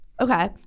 Okay